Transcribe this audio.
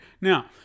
Now